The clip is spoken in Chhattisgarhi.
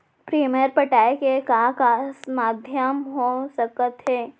प्रीमियम पटाय के का का माधयम हो सकत हे?